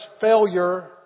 failure